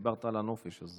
דיברת על הנופש, אז